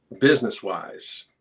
business-wise